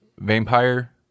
Vampire